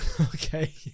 Okay